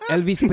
Elvis